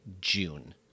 June